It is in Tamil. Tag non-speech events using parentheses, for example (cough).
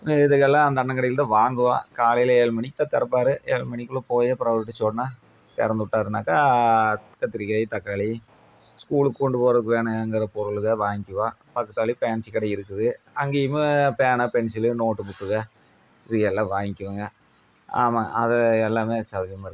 இதுகல்லாம் அந்த அண்ணன் கடையில்தான் வாங்குவோம் காலையில் ஏழு மணிக்கு தான் திறப்பாரு ஏழு மணிக்குள்ளே போய் அப்புறம் அவரு எந்திரிச்சோன திறந்து விட்டாருன்னாக்கா கத்திரிக்காய் தக்காளி ஸ்கூலுக்கு கொண்டு போகறதுக்கு வேணுங்கிற பொருள்கள் வாங்கிக்குவோம் (unintelligible) தள்ளி ஃபேன்ஸி கடை இருக்குது அங்கையுமே பேனா பென்சிலு நோட்டு புக்குக இது எல்லாம் வாங்கிக்குவோங்க ஆமாம் அதை எல்லாமே சௌரியமாக இருக்கும்ங்க